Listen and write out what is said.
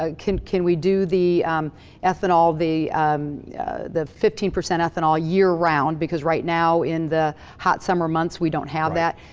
ah can can we do the ethanol, the yeah the fifteen percent ethanol year round, because, right now, in the hot summer months, we don't have that.